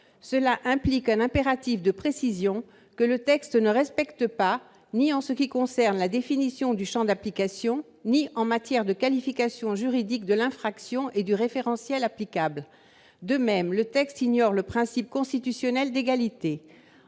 implique un impératif de précision, que le texte ne respecte pas, ni en matière de définition du champ d'application ni en matière de qualification juridique de l'infraction et du référentiel applicable. De la même façon, le texte ignore le principe constitutionnel d'égalité.